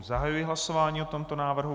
Zahajuji hlasování o tomto návrhu.